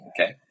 Okay